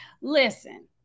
Listen